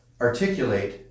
articulate